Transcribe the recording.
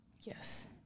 Yes